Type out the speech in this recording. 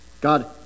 God